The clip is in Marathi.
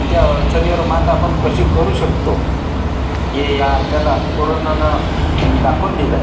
आणि त्या अडचणीवर मात आपण कशी करू शकतो हे या आपल्याला कोरोनानं दाखावून दिलयं